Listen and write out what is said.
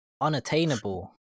unattainable